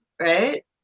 right